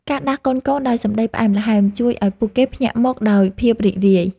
ការដាស់កូនៗដោយសម្តីផ្អែមល្ហែម ជួយឱ្យពួកគេភ្ញាក់មកដោយភាពរីករាយ។